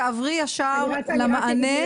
תעברי ישר למענה.